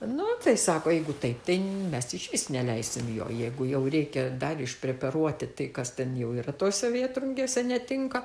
nu tai sako jeigu taip tai mes išvis neleisim jo jeigu jau reikia dar išpreparuoti tai kas ten jau yra tose vėtrungėse netinka